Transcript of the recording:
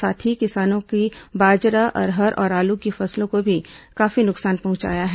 साथ ही कई किसानों की बाजरा अरहर और आलू की फसलों को भी नुकसान पहुंचाया है